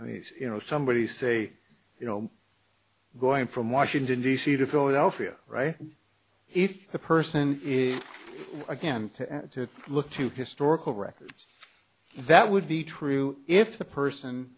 i mean you know somebody say you know going from washington d c to philadelphia right if the person is again to look to historical records that would be true if the person